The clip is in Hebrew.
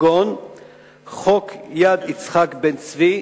כגון חוק יד יצחק בן-צבי,